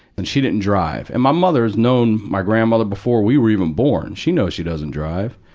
and she didn't drive. and my mother has known my grandmother before we were even born. she knows she doesn't drive.